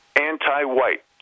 Anti-white